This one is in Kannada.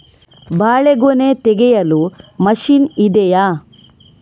ಬಾಳೆಗೊನೆ ತೆಗೆಯಲು ಮಷೀನ್ ಇದೆಯಾ?